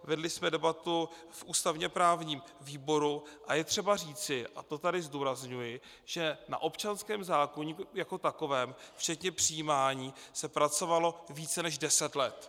Vedli jsme debatu v ústavněprávním výboru a je třeba říci, a to tady zdůrazňuji, že na občanském zákoníku jako takovém včetně přijímání se pracovalo více než deset let.